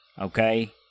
okay